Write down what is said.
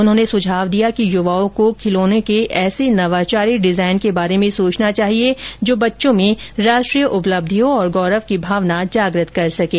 उन्होंने सुझाव दिया कि युवाओं को खिलौनों के ऐसे नवाचारी डिजायन के बारे में सोचना चाहिए जो बच्चों में राष्ट्रीय उपलब्धियों और गौरव की भावना जागृत कर सकें